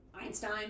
Einstein